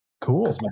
Cool